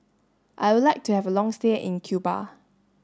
I would like to have a long stay in Cuba